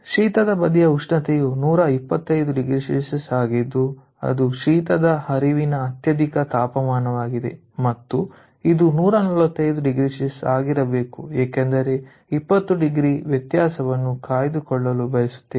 ಶೀತದ ಬದಿಯ ಉಷ್ಣತೆಯು 125ಡಿಗ್ರಿ ಆಗಿದ್ದು ಅದು ಶೀತದ ಹರಿವಿನ ಅತ್ಯಧಿಕ ತಾಪಮಾನವಾಗಿದೆ ಮತ್ತು ಇದು 145ಡಿಗ್ರಿ ಆಗಿರಬೇಕು ಏಕೆಂದರೆ 20 ಡಿಗ್ರಿ ವ್ಯತ್ಯಾಸವನ್ನು ಕಾಯ್ದುಕೊಳ್ಳಲು ಬಯಸುತ್ತೇವೆ